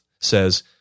says